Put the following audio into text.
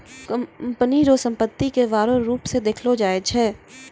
company रो संपत्ति के बांडो रो रूप मे देखलो जाय छै